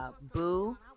Boo